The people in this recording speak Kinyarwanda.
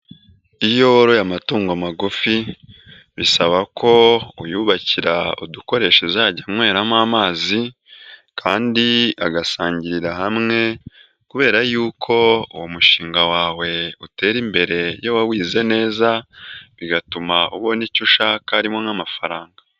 Iyo woroye amatungo magufi bisaba ko uyubakira udukoresho azajya anyweramo amazi kandi agasangirira hamwe kubera yuko uwo mushinga wawe utera imbere iyo wawize neza bigatuma ubona icyo ushaka harimo nk'amafaranga.